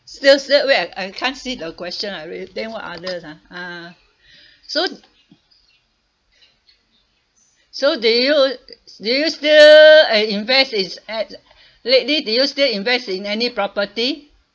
still still where I can't see the question I read then what others ah uh so so do you do you still uh invest is at lately do you still invest in any property